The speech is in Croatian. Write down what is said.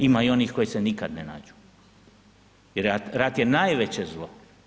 Ima i onih koji se nikad ne nađu jer rat je najveće zlo.